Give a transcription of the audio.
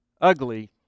ugly